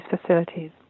facilities